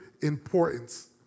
importance